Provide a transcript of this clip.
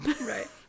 right